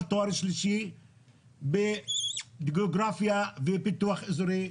תואר שלישי בגיאוגרפיה ופיתוח אזורי,